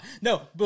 No